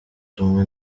rumwe